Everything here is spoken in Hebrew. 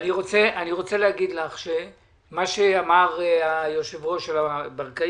אני רוצה להגיד לך שמה שאמר רון ברקאי